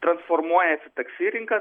transformuojasi taksi rinka